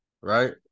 right